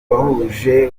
wahuje